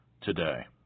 today